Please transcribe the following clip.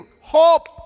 Hope